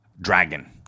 dragon